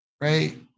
right